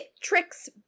tricks